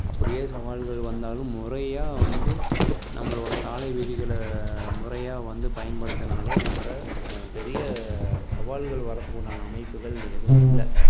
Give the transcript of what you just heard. அப்படியே சவால்கள் வந்தாலும் முறையாக வந்து நம்மளோட சாலை விதிகளை முறையாக வந்து பயன்படுத்தினாலே நம்ம பெரிய சவால்கள் வரத்துக்கு உண்டான அமைப்புகள் எதுவும் இல்லை